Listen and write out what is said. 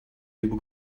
либо